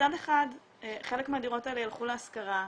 מצד אחד חלק מהדירות האלה יילכו להשכרה,